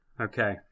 Okay